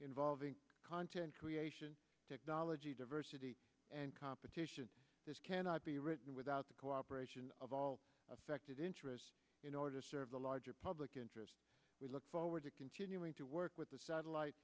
involving content creation technology diversity and competition this cannot be written without the cooperation of all affected interests in order to serve the larger public interest we look forward to continuing to work with the satellite